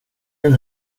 den